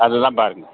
அது தான் பார்க்கணும்